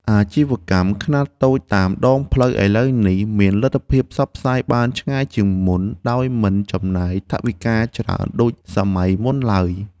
អាជីវកម្មខ្នាតតូចតាមដងផ្លូវឥឡូវនេះមានលទ្ធភាពផ្សព្វផ្សាយបានឆ្ងាយជាងមុនដោយមិនចំណាយថវិកាច្រើនដូចសម័យមុនឡើយ។